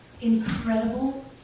incredible